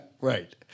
Right